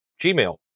Gmail